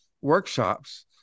workshops